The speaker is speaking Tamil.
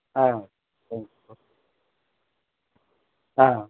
ஆ தேங்க்யூ ப்ரோ ஆ